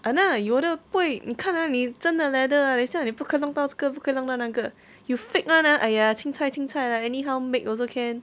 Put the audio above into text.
!hanna! 有的会你看 ah 你真的 leather ah 等一下你不可以弄到这个弄到那个 you fake [one] ah !aiya! cincai cincai anyhow make also can